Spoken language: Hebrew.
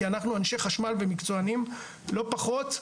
כי אנחנו אנשי חשמל ומקצוענים לא פחות.